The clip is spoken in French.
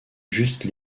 juste